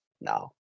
now